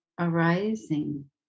arising